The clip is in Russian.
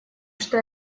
что